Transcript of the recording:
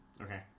Okay